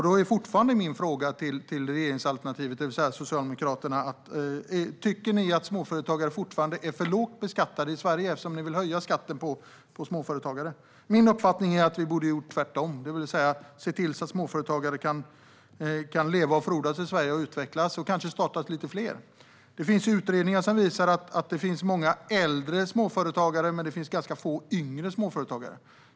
Då är fortfarande min fråga till regeringsalternativet, det vill säga Socialdemokraterna: Tycker ni att småföretagare är för lågt beskattade i Sverige, eftersom ni vill höja skatten för dem? Min uppfattning är att man borde ha gjort tvärtom, det vill säga sett till att småföretagare kan leva, frodas och kanske utvecklas i Sverige. Då kanske det startas lite fler småföretag. Det finns utredningar som visar att det finns många äldre småföretagare, men det finns ganska få yngre småföretagare.